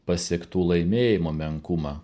pasiektų laimėjimų menkumą